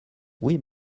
oui